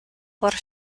por